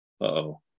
Uh-oh